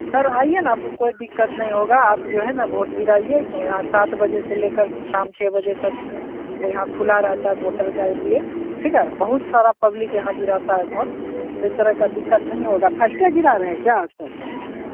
sir आइए ना आपको कोई दिक्कत नहीं होगा आप जो है ना वोट गिराइए यहाँ सात बजे से लेकर शाम छः तक यहाँ खुला रहता है वोटर के लिए ठीक है बहुत सारा पब्लिक यहाँ गिराता है वोट कोई तरह का दिक्कत नहीं होगा फर्स्टे गिरा रहे हैं क्या सर